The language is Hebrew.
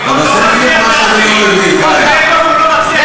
אבל זה בדיוק מה שאני לא מבין, אתה יודע מה,